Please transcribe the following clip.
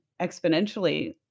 exponentially